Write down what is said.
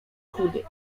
chudy